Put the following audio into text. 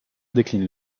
décline